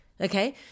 okay